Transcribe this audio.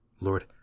Lord